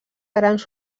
grans